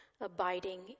abiding